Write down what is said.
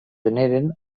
veneren